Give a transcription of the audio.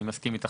אני מסכים איתך.